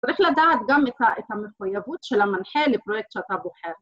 ‫צריך לדעת גם את המחויבות ‫של המנחה לפרויקט שאתה בוחר.